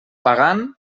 pagant